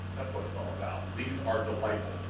that's what it's all about. these are delightful.